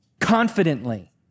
confidently